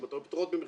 הן פטורות ממכרז.